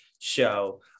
show